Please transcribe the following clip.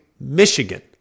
Michigan